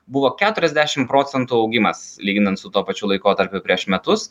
buvo keturiasdešim procentų augimas lyginant su tuo pačiu laikotarpiu prieš metus